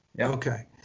okay